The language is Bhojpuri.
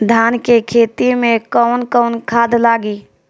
धान के खेती में कवन कवन खाद लागी?